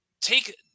Take